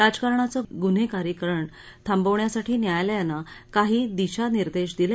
राजकारणाचं गुन्हेगारीकरण थांबवण्यासाठी न्यायालयानं काही दिशानिदेश दिले